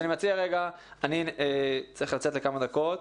אני צריך לצאת לכמה דקות,